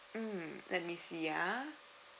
mm let me see ah